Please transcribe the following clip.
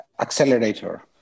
accelerator